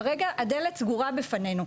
כרגע הדלת סגורה בפנינו,